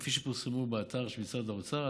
כפי שפורסמו באתר משרד האוצר,